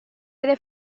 ere